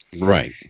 Right